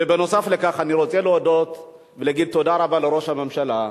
ונוסף על כך אני רוצה להודות ולהגיד תודה רבה לראש הממשלה,